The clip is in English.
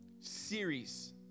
series